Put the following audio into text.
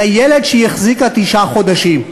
לילד שהיא החזיקה תשעה חודשים.